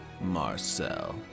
Marcel